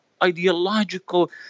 ideological